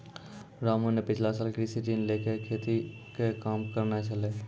रामू न पिछला साल कृषि ऋण लैकॅ ही खेती के काम करनॅ छेलै